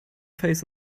face